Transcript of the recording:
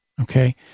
Okay